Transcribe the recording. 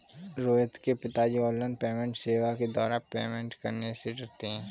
रोहित के पिताजी online payment सेवा के द्वारा पेमेंट करने से डरते हैं